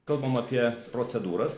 kalbam apie procedūras